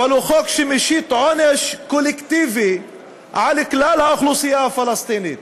הוא חוק שמשית עונש קולקטיבי על כלל האוכלוסייה הפלסטינית.